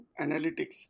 analytics